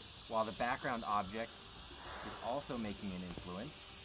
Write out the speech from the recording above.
while the background object is also making an influence.